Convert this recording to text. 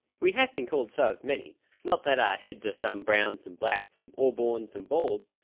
we have been called so of many not that our heads are some brown, some black, some auburn, some bald,